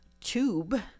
tube